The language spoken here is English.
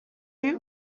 you